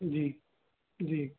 जी जी